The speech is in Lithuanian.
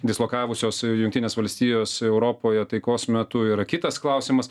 dislokavusios jungtinės valstijos europoje taikos metu yra kitas klausimas